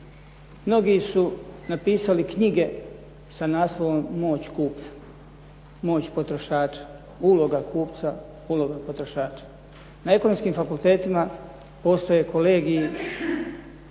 Mnogi su napisali knjige sa naslovom “Moć kupca, Moć potrošaća, Ulaga kupca, Uloga potrošača“. Na ekonomskim fakultetima postoje kolegiji